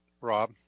Rob